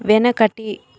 వెనకటి